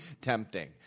tempting